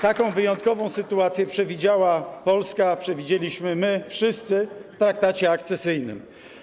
Taką wyjątkową sytuację przewidziała Polska, przewidzieliśmy my wszyscy w traktacie akcesyjnym.